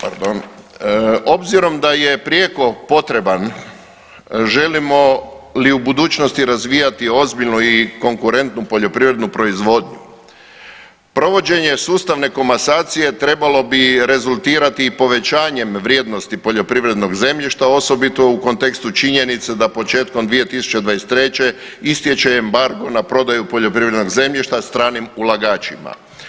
Pardon, obzirom da je prijeko potreban želimo li u budućnosti razvijati ozbiljnu i konkurentnu poljoprivrednu proizvodnju, provođenje sustavne komasacije trebalo bi rezultirati i povećanjem vrijednosti poljoprivrednog zemljišta osobito u kontekstu činjenice da početkom 2023. istječe embargo na prodaju poljoprivrednog zemljišta stranim ulagačima.